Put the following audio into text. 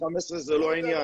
ההצעה שלי זה לא צריך איומים,